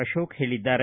ಅಶೋಕ ಹೇಳಿದ್ದಾರೆ